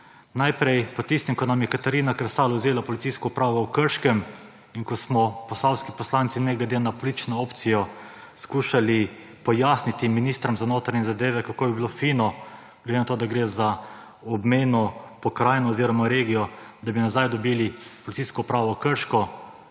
Po tistem, ko nam je Katarina Kresal vzela policijsko upravo v Krškem in ko smo posavski poslanci ne glede na politično opcijo skušali pojasniti ministrom za notranje zadeve, kako bi bilo fino, ker gre za obmejno pokrajino oziroma regijo, da bi nazaj dobili Policijsko upravo Krško;